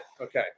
Okay